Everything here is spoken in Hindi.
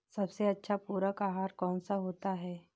सबसे अच्छा पूरक आहार कौन सा होता है?